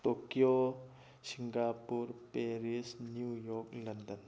Tokyo Singapore Paris New York London